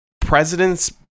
presidents